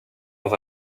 dans